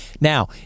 Now